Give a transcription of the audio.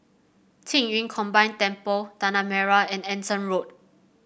Qing Yun Combine Temple Tanah Merah and Anson Road